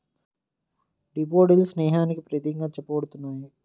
daffodils స్నేహానికి ప్రతీకగా చెప్పబడుతున్నాయి